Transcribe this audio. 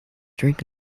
drink